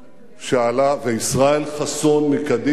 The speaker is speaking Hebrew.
וישראל חסון מקדימה.